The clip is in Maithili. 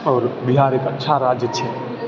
आओर बिहार एक अच्छा राज्य छै